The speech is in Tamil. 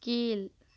கீழ்